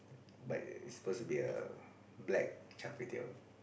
but it's suppose to be a black char-kway-teow